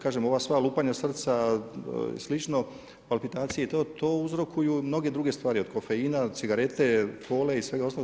Kažem ova sva lupanja srca i slično, palpitacije i to, to uzrokuju mnoge druge stvari od kofeina, cigarete, cole i svega ostalog.